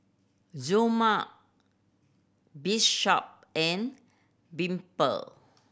Zelma Bishop and Dimple